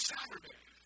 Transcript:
Saturday